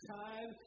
time